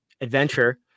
adventure